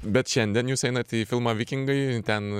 bet šiandien jūs einate į filmą vikingai ten